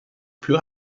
plus